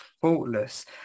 faultless